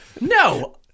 No